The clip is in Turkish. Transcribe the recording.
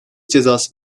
cezası